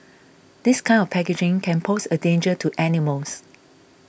this kind of packaging can pose a danger to animals